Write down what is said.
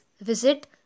visit